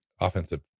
offensive